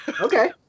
okay